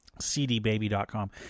cdbaby.com